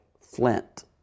flint